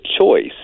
choice